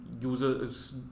users